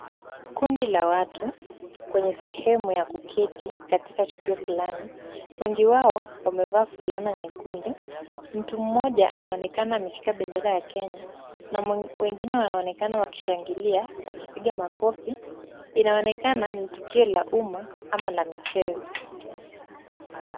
Kundi la watu, kwenye sehemu ya kuketi katika tukio fulani. Wengi wao wamevaa fulana nyekundu. Mtu mmoja anaonekana ameshika bendera ya kenya na wengine wanaonekana wakishangilia wakipiga makofi. Inaonekana ni tukio la umma ama la michezo.